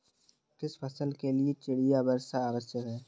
किस फसल के लिए चिड़िया वर्षा आवश्यक है?